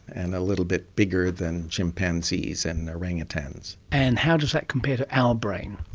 and a little bit bigger than chimpanzees and orangutans. and how does that compare to our brain?